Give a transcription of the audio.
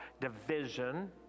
division